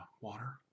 water